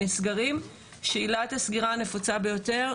עילת הסגירה הנפוצה ביותר,